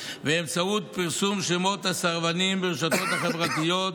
באמצעות פרסום שמות הסרבנים ברשתות החברתיות